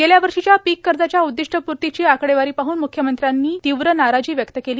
गेल्या वर्षीच्या पीक कर्जाच्या उद्दिष्टपूर्तीची आकडेवारी पाहन म्ख्यमंत्र्यांनी तीव्र नाराजी व्यक्त केली